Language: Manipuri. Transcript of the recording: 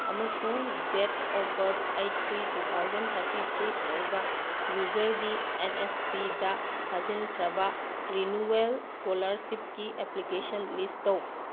ꯑꯃꯁꯨꯡ date of birth eight three two thousand thirty three ꯑꯣꯏꯕ ꯌꯨꯖꯔꯒꯤ ꯑꯦꯟ ꯑꯦꯁ ꯄꯤꯗ ꯊꯥꯖꯤꯟꯈ꯭ꯔꯕ ꯔꯤꯅꯨꯌꯦꯜ ꯁ꯭ꯀꯣꯂꯔꯁꯤꯞꯀꯤ ꯑꯦꯄ꯭ꯂꯤꯀꯦꯁꯟ ꯂꯤꯁ ꯇꯧ